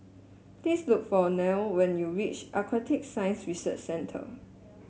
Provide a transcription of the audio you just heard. please look for Neil when you reach Aquatic Science Research Centre